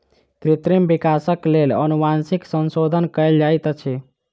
कृत्रिम विकासक लेल अनुवांशिक संशोधन कयल जाइत अछि